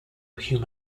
hugh